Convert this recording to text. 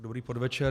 Dobrý podvečer.